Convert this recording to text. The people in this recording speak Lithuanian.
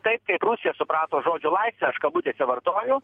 taip kaip rusija suprato žodžio laisvę aš kabutėse vartoju